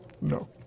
No